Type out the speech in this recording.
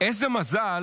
איזה מזל